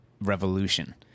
revolution